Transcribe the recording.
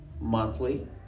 monthly